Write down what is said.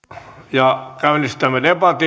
käynnistämme debatin